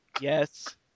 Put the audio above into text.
Yes